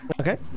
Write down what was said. Okay